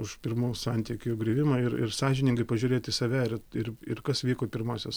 už pirmų santykių griuvimą ir ir sąžiningai pažiūrėt į save ir ir ir kas vyko pirmasios